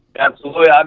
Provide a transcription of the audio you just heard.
absolutely, ah um